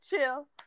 chill